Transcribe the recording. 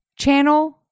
channel